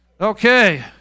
Okay